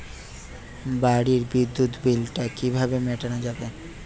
বাড়ির বিদ্যুৎ বিল টা কিভাবে মেটানো যাবে?